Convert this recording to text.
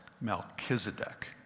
Melchizedek